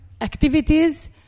activities